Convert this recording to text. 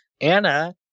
anna